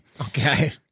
Okay